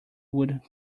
would